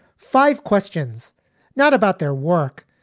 five questions not about their work,